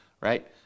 right